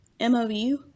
MOU